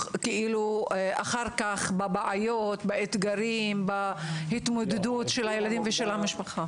אחר כך בעיות ואתגרים לילדים ולמשפחה?